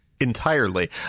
Entirely